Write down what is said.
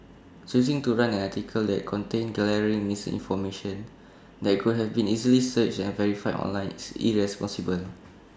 choosing to run an article that contained glaring misinformation that could have been easily searched and verified online is irresponsible